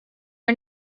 are